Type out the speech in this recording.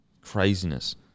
craziness